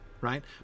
right